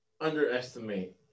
underestimate